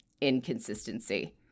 inconsistency